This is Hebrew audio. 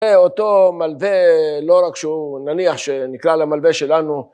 אותו מלווה לא רק שהוא נניח שנקרא למלווה שלנו